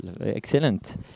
excellent